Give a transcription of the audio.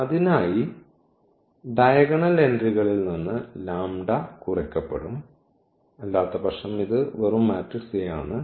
അതിനായി ഡയഗണൽ എൻട്രികളിൽ നിന്ന് കുറയ്ക്കപ്പെടും അല്ലാത്തപക്ഷം ഇത് വെറും മാട്രിക്സ് A ആണ്